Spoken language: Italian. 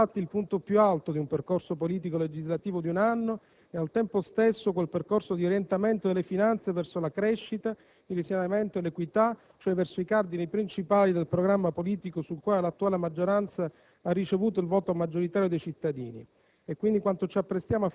Questo voto rappresenta, infatti, il punto più alto di un percorso politico-legislativo di un anno e, al tempo stesso, quel percorso di orientamento delle finanze verso la crescita, il risanamento e l'equità, cioè verso i cardini principali del programma politico sul quale l'attuale maggioranza ha ricevuto il voto maggioritario dei cittadini.